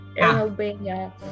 Albania